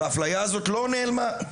והאפליה הזאת לא נעלמה,